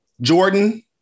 Jordan